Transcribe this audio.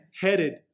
headed